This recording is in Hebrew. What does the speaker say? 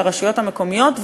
של הרשויות המקומיות,